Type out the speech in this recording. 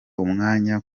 umwanya